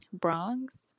Bronx